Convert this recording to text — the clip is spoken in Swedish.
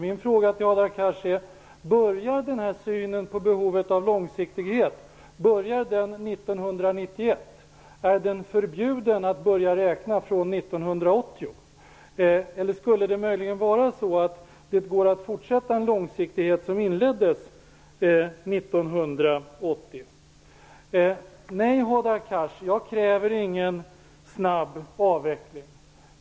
Min fråga till Hadar Cars är följande: Börjar denna syn på behovet av långsiktighet 1991? Är det förbjudet att börja räkna den från 1980? Går det möjligen att fortsätta en långsiktighet som inleddes 1980? Nej, Hadar Cars, jag kräver ingen snabb avveckling.